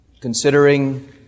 Considering